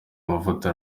amavuta